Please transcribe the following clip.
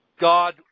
God